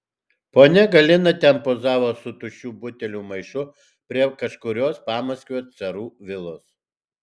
ponia galina ten pozavo su tuščių butelių maišu prie kažkurios pamaskvio carų vilos